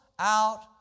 Out